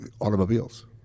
automobiles